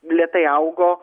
lėtai augo